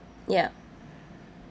yup